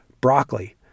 broccoli